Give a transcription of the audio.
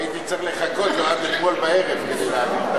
הייתי צריך לחכות עד אתמול בערב כדי להעביר את החוק.